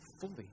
Fully